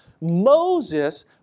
Moses